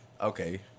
Okay